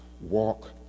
walk